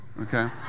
Okay